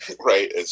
Right